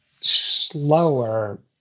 slower